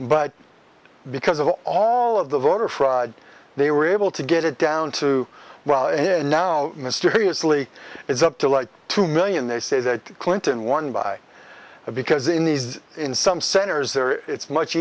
but because of all of the voter fraud they were able to get it down to well and now mysteriously is up to two million they say that clinton won by a because in these in some centers there it's much